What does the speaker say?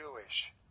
Jewish